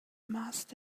must